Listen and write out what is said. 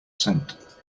sent